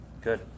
Good